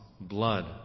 blood